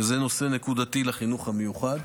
וזה נושא נקודתי לחינוך המיוחד.